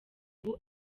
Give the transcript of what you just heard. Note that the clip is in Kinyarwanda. ubu